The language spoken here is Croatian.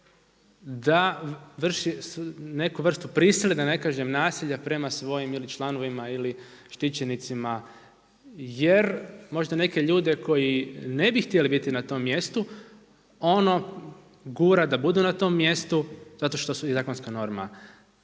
da vrši neku vrstu prisile, da ne kažem nasilja prema svojim ili članovima ili štićenicima. Jer možda neke ljude koji ne bi htjeli biti na tom mjestu ono gura da budu na tom mjestu zato što su i zakonska norma